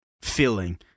feeling